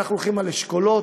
ואנחנו הולכים על אשכולות,